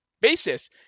basis